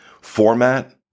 format